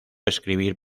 escribir